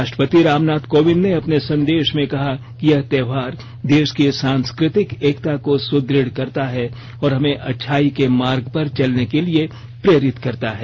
राष्ट्रपति रामनाथ कोविंद ने अपने संदेश में कहा कि यह त्योहार देश की सांस्कृतिक एकता को सुदृढ़ करता है और हमें अच्छाई के मार्ग पर चलने के लिए प्रेरित करता है